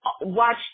watch